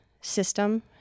system